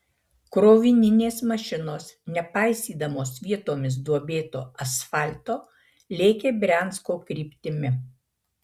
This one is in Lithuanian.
krovininės mašinos nepaisydamos vietomis duobėto asfalto lėkė briansko kryptimi